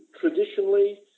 Traditionally